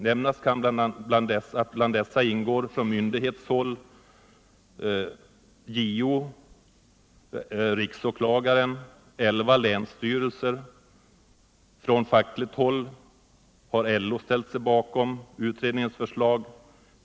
Nämnas kan att bland dessa ingår från myndighetshåll justiticombudsmannen, riksäklagaren och clva länsstyrelser. Från fackligt håll har LO, TCO, SACO/SR och LRF ställt sig bakom utredningsförslaget.